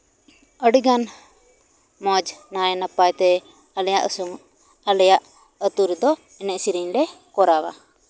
ᱟᱹᱰᱤᱜᱟᱱ ᱢᱚᱡᱽ ᱱᱟᱭ ᱱᱟᱯᱟᱭ ᱛᱮ ᱟᱞᱮᱭᱟᱜ ᱟᱹᱛᱩ ᱨᱮᱫᱚ ᱮᱱᱮᱡ ᱥᱮᱨᱮᱧ ᱞᱮ ᱠᱚᱨᱟᱣᱟ